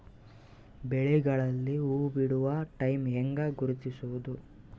ಬೆಳೆಗಳಲ್ಲಿ ಹೂಬಿಡುವ ಟೈಮ್ ಹೆಂಗ ಗುರುತಿಸೋದ?